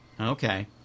Okay